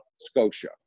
Scotia